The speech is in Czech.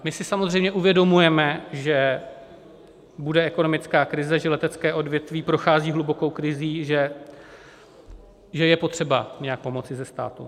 My si samozřejmě uvědomujeme, že bude ekonomická krize, že letecké odvětví prochází hlubokou krizí, že je potřeba nějak pomoci ze státu.